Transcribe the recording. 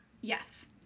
Yes